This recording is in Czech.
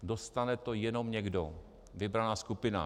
Dostane to jenom někdo, vybraná skupina.